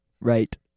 Right